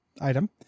item